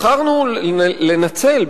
בחרנו לנצל,